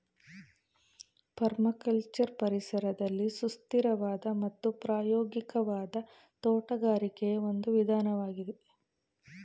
permaculture ಪರಿಸರದಲ್ಲಿ ಸುಸ್ಥಿರವಾದ ಮತ್ತು ಪ್ರಾಯೋಗಿಕವಾದ ತೋಟಗಾರಿಕೆಯ ಒಂದು ವಿಧಾನವಾಗಿದೆ